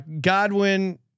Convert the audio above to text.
Godwin